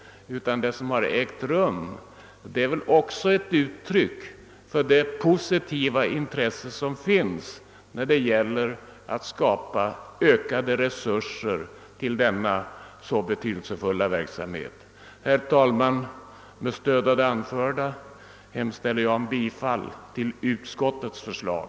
Det som skett i detta sammanhang är väl också ett uttryck för det positiva intresse som finns för att skapa ökade resurser åt denna så betydelsefulla verksamhet. Herr talman! Med stöd av vad jag anfört hemställer jag om bifall till utskottets förslag.